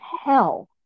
hell